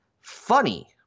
Funny